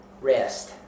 rest